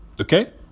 okay